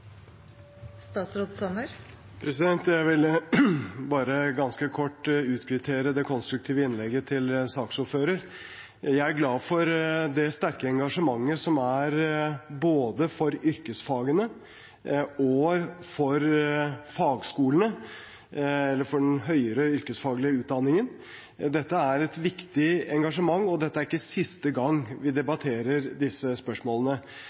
glad for det sterke engasjementet som er både for yrkesfagene og for den høyere yrkesfaglige utdanningen. Dette er et viktig engasjement. Dette er ikke siste gang vi debatterer disse spørsmålene.